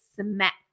smack